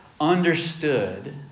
understood